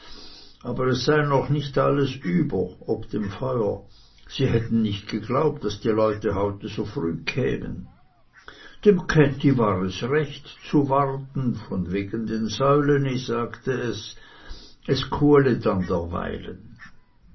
aber es sei noch alles über sie hätten nicht geglaubt daß die leute heute so früh kämen dem käthi war es recht zu warten von wegen den säulene sagte es es kuhle dann derweilen